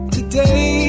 Today